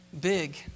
big